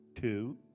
two